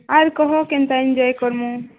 ଆର୍ କହ କେନ୍ତା ଏନ୍ଜୟ କରିମୁଁ